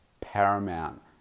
paramount